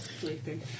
Sleeping